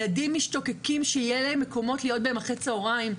ילדים משתוקקים שיהיו להם מקומות משמעותיים להיות בהם אחר הצוהריים.